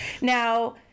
Now